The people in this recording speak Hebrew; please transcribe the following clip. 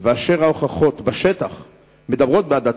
ואשר ההוכחות בשטח מדברות בעד עצמן,